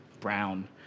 brown